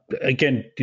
again